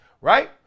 Right